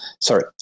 sorry